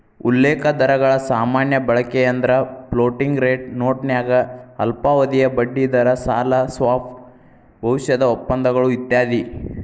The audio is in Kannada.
ಉಲ್ಲೇಖ ದರಗಳ ಸಾಮಾನ್ಯ ಬಳಕೆಯೆಂದ್ರ ಫ್ಲೋಟಿಂಗ್ ರೇಟ್ ನೋಟನ್ಯಾಗ ಅಲ್ಪಾವಧಿಯ ಬಡ್ಡಿದರ ಸಾಲ ಸ್ವಾಪ್ ಭವಿಷ್ಯದ ಒಪ್ಪಂದಗಳು ಇತ್ಯಾದಿ